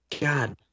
God